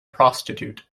prostitute